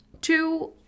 two